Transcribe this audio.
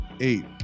eight